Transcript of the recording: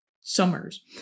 summers